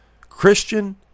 Christian